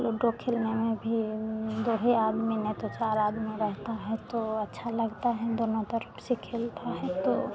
ludo खेलने में भी दो ही आदमी नहीं तो चार आदमी रहता है तो अच्छा लगता है दोनों तरफ़ से खेलता है तो